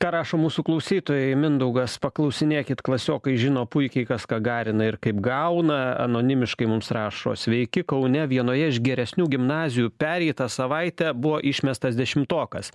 ką rašo mūsų klausytojai mindaugas paklausinėkit klasiokai žino puikiai kas ką garina ir kaip gauna anonimiškai mums rašo sveiki kaune vienoje iš geresnių gimnazijų pereitą savaitę buvo išmestas dešimtokas